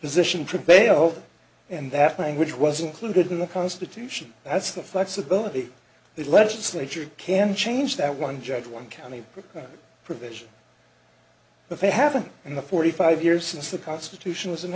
position to bail and that language was included in the constitution that's the flexibility the legislature can change that one judge one county provision but they haven't in the forty five years since the constitution was